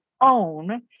own